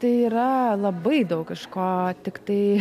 tai yra labai daug kažko tiktai